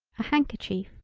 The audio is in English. a handkerchief.